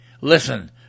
Listen